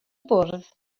bwrdd